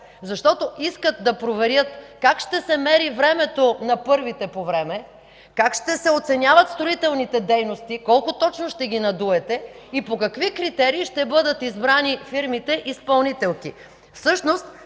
защото искат да проверят как ще се мери времето на първите по време, как ще се оценяват строителните дейности, колко точно ще ги надуете и по какви критерии ще бъдат избрани фирмите изпълнителки?